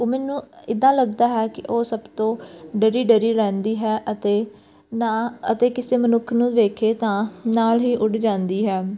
ਉਹ ਮੈਨੂੰ ਇੱਦਾਂ ਲੱਗਦਾ ਹੈ ਕਿ ਉਹ ਸਭ ਤੋਂ ਡਰੀ ਡਰੀ ਰਹਿੰਦੀ ਹੈ ਅਤੇ ਨਾ ਅਤੇ ਕਿਸੇ ਮਨੁੱਖ ਨੂੰ ਵੇਖੇ ਤਾਂ ਨਾਲ ਹੀ ਉੱਡ ਜਾਂਦੀ ਹੈ